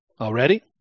Already